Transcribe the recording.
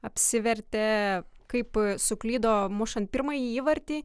apsivertė kaip suklydo mušant pirmąjį įvartį